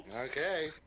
Okay